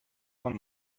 von